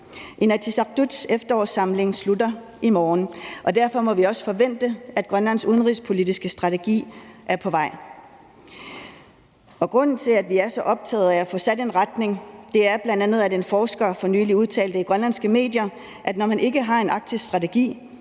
Inatsisartuts efterårssamling slutter i morgen, og derfor må vi også forvente, at Grønlands udenrigspolitiske strategi er på vej. Grunden til, at vi er så optaget af at få sat en retning, er bl.a., at en forsker for nylig udtalte i grønlandske medier, at når man ikke har en arktisk strategi,